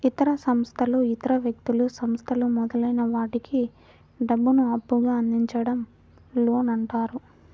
ఇతర సంస్థలు ఇతర వ్యక్తులు, సంస్థలు మొదలైన వాటికి డబ్బును అప్పుగా అందించడం లోన్ అంటారు